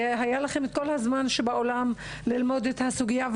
והיה לכם את כל הזמן שבעולם ללמוד את הסוגיה.